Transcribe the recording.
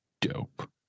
dope